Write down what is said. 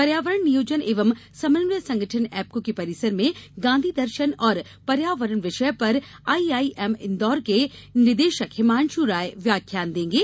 पर्यावरण नियोजन एवं समन्वय संगठन एप्कों के परिसर में गांधी दर्शन और पर्यावरण विषय पर आईआईएम इन्दौर के निदेशक हिमांशु राय व्याख्यान देंगे